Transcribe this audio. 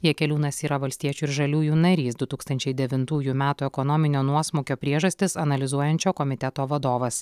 jakeliūnas yra valstiečių ir žaliųjų narys du tūkstančiai devintųjų metų ekonominio nuosmukio priežastis analizuojančio komiteto vadovas